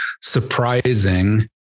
surprising